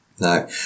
no